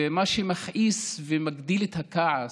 ומה שמכעיס ומגדיל את הכעס,